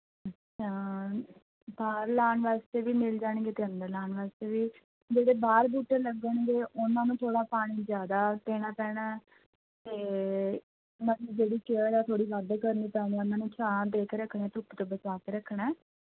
ਅੱਛਾ ਬਾਹਰ ਲਾਣ ਵਾਸਤੇ ਵੀ ਮਿਲ ਜਾਣਗੇ ਅਤੇ ਅੰਦਰ ਲਾਣ ਵਾਸਤੇ ਵੀ ਜਿਹੜੇ ਬਾਹਰ ਬੂਟੇ ਲੱਗਣਗੇ ਉਹਨਾਂ ਨੂੰ ਥੋੜ੍ਹਾ ਪਾਣੀ ਜ਼ਿਆਦਾ ਦੇਣਾ ਪੈਣਾ ਅਤੇ ਮਤਲਬ ਜਿਹੜੀ ਕੇਅਰ ਹੈ ਥੋੜ੍ਹੀ ਵੱਧ ਕਰਨੀ ਪੈਣੀ ਏ ਉਹਨਾਂ ਨੂੰ ਛਾਂ ਦੇ ਕੇ ਰੱਖਣੀ ਧੁੱਪ ਤੋਂ ਬਚਾ ਕੇ ਰੱਖਣਾ